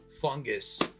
fungus